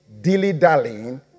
dilly-dallying